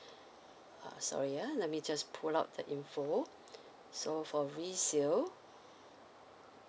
uh sorry ya let me just pull out the info so for resale